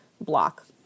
block